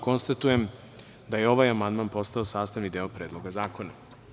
Konstatujem da je ovaj amandman postao sastavni deo Predloga zakona.